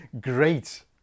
Great